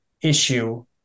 issue